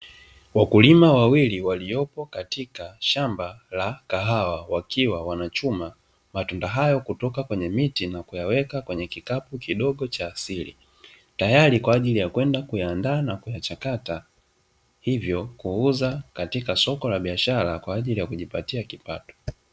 Wakulima wawili waliopo katika shamba la kahawa, wakiwa wanachuma matunda hayo kutoka kwenye miti na kuweka kwenye kikapu kidogo cha asili, tayari kwa ajili ya kwenda kuyaandaa na kuyachakata, hivyo kuuza katika soko la biashara kwa ajili ya kujipatia kipato.